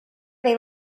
they